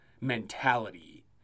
mentality